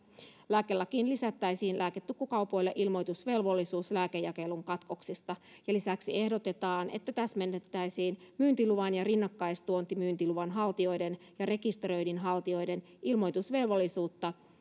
lääkelakiin lisättäisiin lääketukkukaupoille ilmoitusvelvollisuus lääkejakelun katkoksista lisäksi ehdotetaan että täsmennettäisiin myyntiluvan ja rinnakkaistuontimyyntiluvan haltijoiden ja rekisteröinnin haltijoiden ilmoitusvelvollisuutta